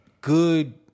Good